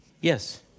Yes